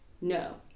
no